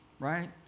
Right